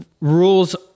Rules